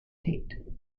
tate